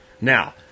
Now